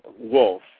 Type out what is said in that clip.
Wolf